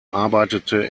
arbeitete